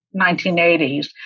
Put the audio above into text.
1980s